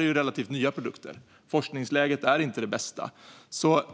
Detta är relativt nya produkter, och forskningsläget är inte det bästa.